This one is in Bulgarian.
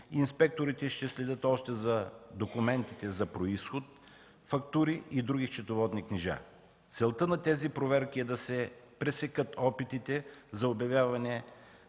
Инспекторите ще следят още за документите за произход, фактури и други счетоводни книжа. Целта на тези проверки е да се пресекат опитите за обявяване